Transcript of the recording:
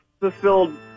fulfilled